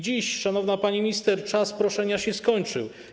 Dziś, szanowna pani minister, czas proszenia się skończył.